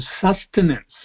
sustenance